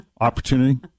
opportunity